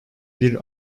bir